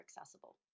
accessible